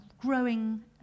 growing